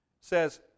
says